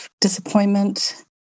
disappointment